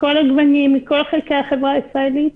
מכל חלקי החברה הישראלית.